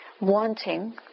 wanting